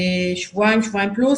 שבועיים פלוס,